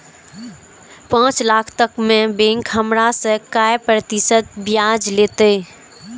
पाँच लाख तक में बैंक हमरा से काय प्रतिशत ब्याज लेते?